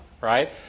right